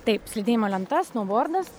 taip slidinėjimo lenta snoubordas